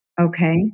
Okay